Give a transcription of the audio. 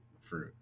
fruit